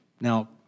Now